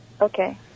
Okay